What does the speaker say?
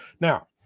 Now